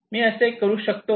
मी असे करू शकतो का